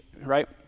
right